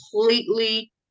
completely